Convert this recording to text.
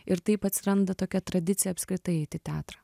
ir taip atsiranda tokia tradicija apskritai eit į teatrą